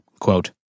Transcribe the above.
Quote